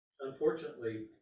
unfortunately